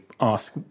ask